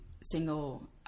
single